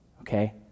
Okay